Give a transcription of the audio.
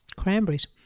Cranberries